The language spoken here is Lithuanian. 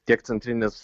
tiek centrinis